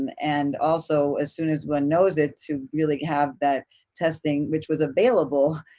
and and also as soon as one knows it to really have that testing, which was available,